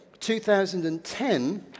2010